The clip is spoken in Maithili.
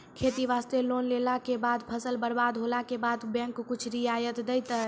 खेती वास्ते लोन लेला के बाद फसल बर्बाद होला के बाद बैंक कुछ रियायत देतै?